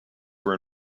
were